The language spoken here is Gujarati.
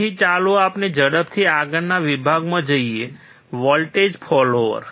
તેથી ચાલો આપણે ઝડપથી આગળના વિભાગમાં જઈએ વોલ્ટેજ ફોલોઅર